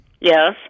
Yes